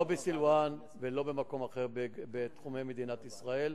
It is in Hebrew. לא בסילואן ולא במקום אחר בתחומי מדינת ישראל,